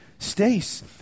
Stace